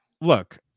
look